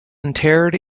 interred